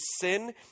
sin